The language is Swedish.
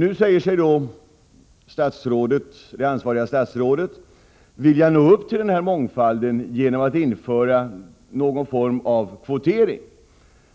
Det ansvariga statsrådet säger sig vilja åstadkomma denna mångfald genom att införa någon form av kvotering.